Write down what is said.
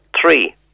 Three